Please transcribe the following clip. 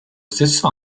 stesso